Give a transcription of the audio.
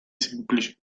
semplici